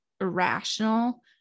irrational